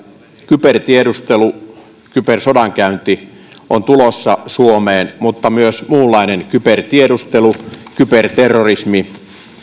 kybertiedustelu ja kybersodankäynti ovat tulossa suomeen mutta myös muunlainen kybertiedustelu ja kyberterrorismi